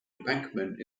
embankment